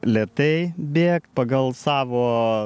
lėtai bėkt pagal savo